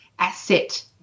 asset